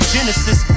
Genesis